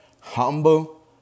humble